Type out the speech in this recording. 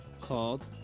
called